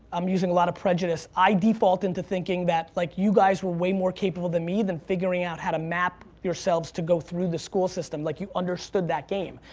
i'm using a lot of prejudice. i default into thinking that like you guys were way more capable than me than figuring out how to map yourselves to go through the school system. like you understood that game.